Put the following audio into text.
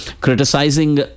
criticizing